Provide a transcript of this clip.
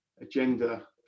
agenda